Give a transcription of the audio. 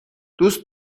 دوست